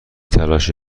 تراش